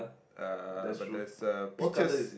uh but there's a peaches